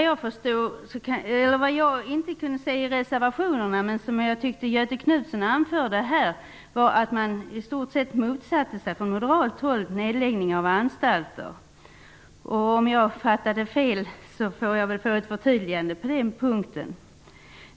Jag tyckte att Göthe Knutson anförde att man från moderat håll i stort sett motsatte sig en nedläggning av anstalter. Den uppfattningen kunde jag inte se i reservationerna. Om jag fattade fel vill jag ha ett förtydligande på den punkten.